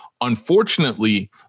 unfortunately